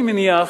אני מניח,